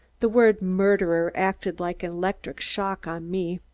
the word murderer acted like an electric shock on me.